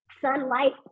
sunlight